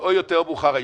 או יותר מאחור היום,